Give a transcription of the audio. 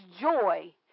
joy